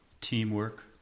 teamwork